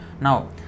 Now